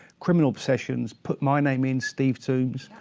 criminal obsessions, put my name in, steve tombs.